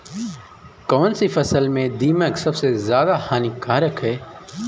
कौनसी फसल में दीमक सबसे ज्यादा हानिकारक है?